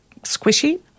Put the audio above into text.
squishy